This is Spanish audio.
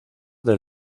del